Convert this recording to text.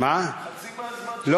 חבל על הזמן, חיים.